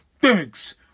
thanks